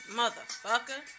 motherfucker